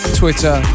Twitter